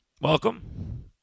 Welcome